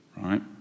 Right